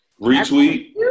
Retweet